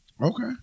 Okay